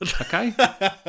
okay